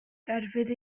gerfydd